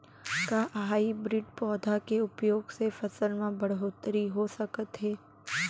का हाइब्रिड पौधा के उपयोग से फसल म बढ़होत्तरी हो सकत हे?